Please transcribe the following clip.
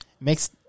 makes